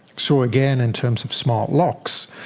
so again, in terms of smart locks,